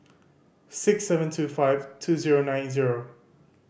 six seven two five two zero nine zero